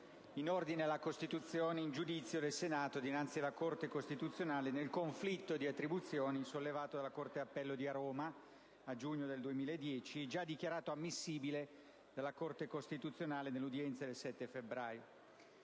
in ordine alla costituzione in giudizio del Senato dinanzi alla Corte costituzionale nel conflitto di attribuzione sollevato dalla Corte d'appello di Roma nel giugno 2010 e già dichiarato ammissibile dalla Corte costituzionale nell'udienza del 7 febbraio.